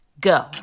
go